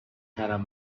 خرم